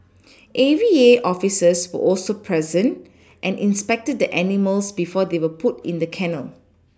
A V A officers were also present and inspected the animals before they were put in the kennel